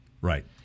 Right